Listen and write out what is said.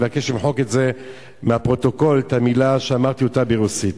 אני מבקש למחוק מהפרוטוקול את המלה שאמרתי ברוסית.